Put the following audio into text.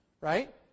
right